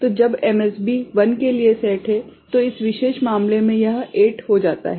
तो जब MSB 1 के लिए सेट है तो इस विशेष मामले में यह 8 हो जाता है